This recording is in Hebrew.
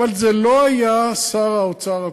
אבל זה לא היה שר האוצר הקודם.